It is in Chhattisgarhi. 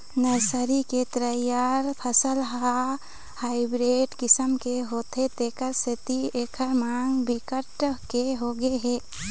नर्सरी के तइयार फसल ह हाइब्रिड किसम के होथे तेखर सेती एखर मांग बिकट के होगे हे